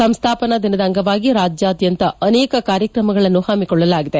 ಸಂಸ್ಥಾಪನಾ ದಿನದ ಅಂಗವಾಗಿ ರಾಜ್ಯಾದ್ಯಂತ ಅನೇಕ ಕಾರ್ಯಕ್ರಮಗಳನ್ನು ಹಮ್ನಿಕೊಳ್ಳಲಾಗಿದೆ